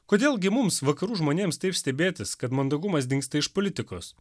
kodėl gi mums vakarų žmonėms taip stebėtis kad mandagumas dingsta iš politikos